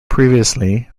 previously